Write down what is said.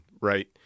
Right